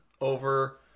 over